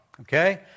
okay